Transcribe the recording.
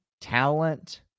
talent—